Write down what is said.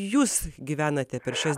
jūs gyvenate per šias